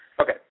okay